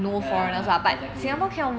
ya I can pay you